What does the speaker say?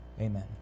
Amen